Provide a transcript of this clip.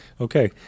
Okay